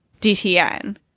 DTN